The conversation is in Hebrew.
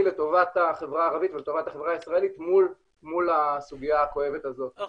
לטובת החברה הערבית ולטובת החברה הישראלית מול הסוגיה הכואבת הזאת.